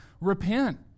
Repent